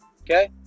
Okay